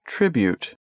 Tribute